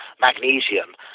magnesium